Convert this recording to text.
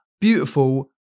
beautiful